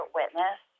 witness